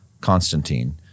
Constantine